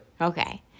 Okay